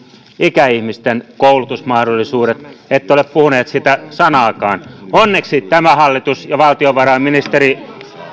ikäihmisten koulutusmahdollisuudet ette ole puhuneet siitä sanaakaan onneksi tämä hallitus ja valtiovarainministeri